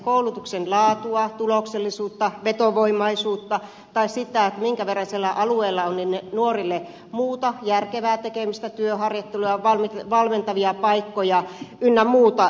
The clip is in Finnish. koulutuksen laatua tuloksellisuutta vetovoimaisuutta tai sitä minkä verran siellä alueella on niille nuorille muuta järkevää tekemistä työharjoitteluja valmentavia paikkoja ynnä muuta